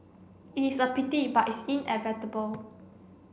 it is a pity but it's inevitable